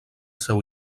seu